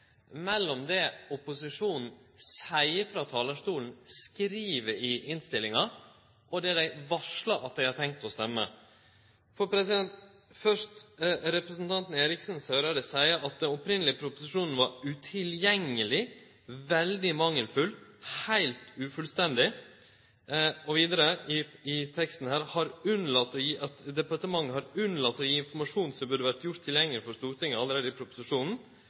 mellom det opposisjonen seier frå talarstolen, det dei skriv i innstillinga, og det dei varslar at dei har tenkt å stemme. Først: Representanten Eriksen Søreide seier at den opphavlege proposisjonen var «utilgjengelig», veldig mangelfull, «helt ufullstendig», og vidare står det at departementet «har unnlatt å gi informasjon som burde vært gjort tilgjengelig for Stortinget allerede i proposisjonen».